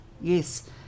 yes